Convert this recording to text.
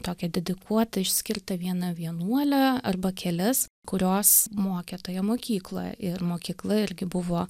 tokią dedikuotą išskirtą vieną vienuolę arba kelias kurios mokė toje mokykloje ir mokykla irgi buvo